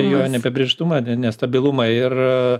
jo neapibrėžtumą ne nestabilumą ir